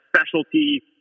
specialty